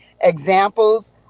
examples